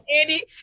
andy